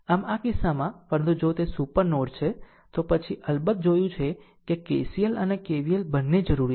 આમ આ કિસ્સામાં પરંતુ જો તે સુપર નોડ છે તો પછી અલબત્ત જોયું છે કે KCL અને KVL બંને જરૂરી છે